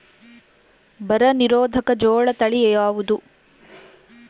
ಬರ ನಿರೋಧಕ ಜೋಳ ತಳಿ ಯಾವುದು?